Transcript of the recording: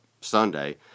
Sunday